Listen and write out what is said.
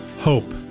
Hope